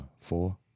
four